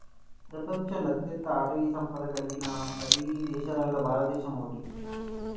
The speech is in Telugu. ప్రపంచంలో అత్యంత అటవీ సంపద కలిగిన పది దేశాలలో భారతదేశం ఒకటి